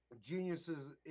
geniuses